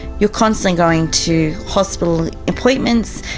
you're constantly going to hospital appointments,